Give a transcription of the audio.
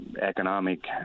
economic